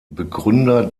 begründer